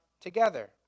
together